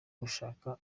gushaka